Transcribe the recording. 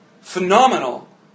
phenomenal